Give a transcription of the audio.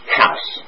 house